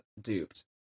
duped